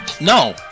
No